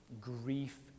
grief